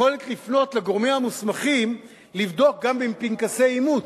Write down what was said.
יכולת לפנות לגורמים המוסמכים לבדוק גם בפנקסי אימוץ,